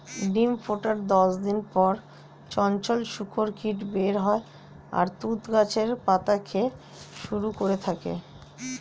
ডিম ফোটার দশ দিন পর চঞ্চল শূককীট বের হয় আর তুঁত গাছের পাতা খেতে শুরু করে থাকে